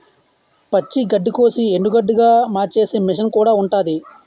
పచ్చి గడ్డికోసి ఎండుగడ్డిగా మార్చేసే మిసన్ కూడా ఉంటాది